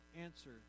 answer